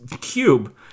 cube